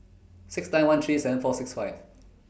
six nine one three seven four six five